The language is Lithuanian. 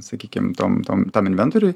sakykim tom tom tam inventoriui